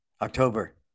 October